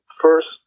First